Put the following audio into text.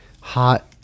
Hot